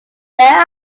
their